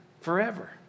forever